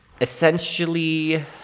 essentially